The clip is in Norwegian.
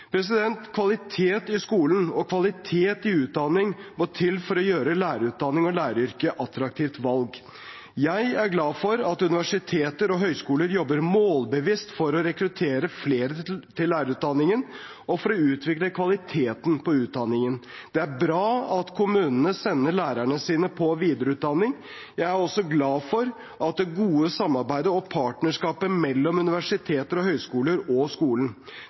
Kvalitet i skolen og kvalitet i utdanning må til for å gjøre lærerutdanningen og læreryrket til attraktive valg. Jeg er glad for at universiteter og høyskoler jobber målbevisst for å rekruttere flere til lærerutdanningene og for å utvikle kvaliteten på utdanningene. Det er bra at kommunene sender lærerne sine på videreutdanning. Jeg er også glad for det gode samarbeidet i partnerskap mellom universiteter og høyskoler og